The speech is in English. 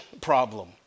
problem